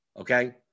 Okay